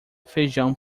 feijão